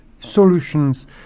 solutions